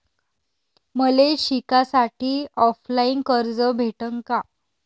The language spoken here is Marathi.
मले शिकासाठी ऑफलाईन कर्ज भेटन का?